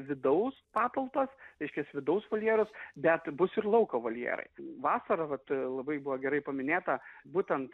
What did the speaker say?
vidaus patalpos reiškias vidaus voljeras bet bus ir lauko voljerai vasarą vat labai buvo gerai paminėta būtent